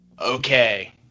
Okay